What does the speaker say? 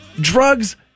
drugs